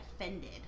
offended